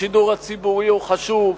השידור הציבורי הוא חשוב.